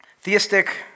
theistic